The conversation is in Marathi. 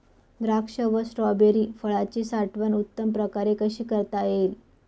द्राक्ष व स्ट्रॉबेरी फळाची साठवण उत्तम प्रकारे कशी करता येईल?